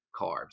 carbs